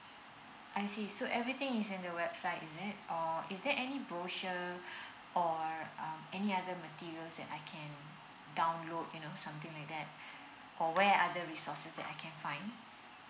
I see so everything is in the website is it or there any brochure or uh any other materials that I can download you know something like that or where other resources that I can find